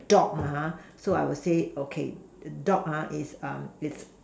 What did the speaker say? dog ah so I'll say okay dog ah is um is